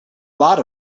lot